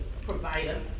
provider